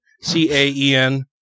C-A-E-N